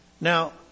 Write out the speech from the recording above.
Now